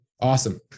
awesome